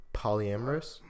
polyamorous